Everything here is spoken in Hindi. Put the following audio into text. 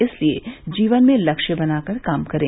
इसलिए जीवन में लक्ष्य बनाकर कार्य करें